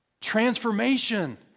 transformation